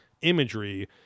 imagery